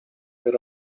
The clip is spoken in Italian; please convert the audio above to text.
per